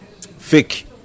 fake